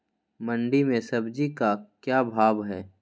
मंडी में सब्जी का क्या भाव हैँ?